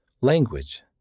Language